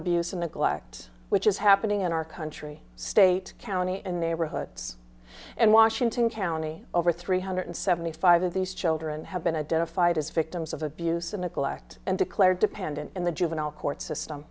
abuse and neglect which is happening in our country state county and neighborhoods and washington county over three hundred seventy five of these children have been identified as victims of abuse or neglect and declared dependent in the juvenile court system